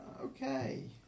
Okay